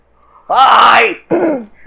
Hi